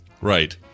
Right